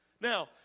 Now